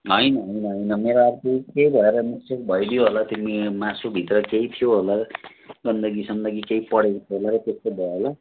होइन होइन होइन मेरो अब केही भएर मिस्टेक भइदियो होला त्यो मासु भित्र केही थियो होला गन्दगी सन्दगी केही परेको थियो होला र त्यस्तो भयो होला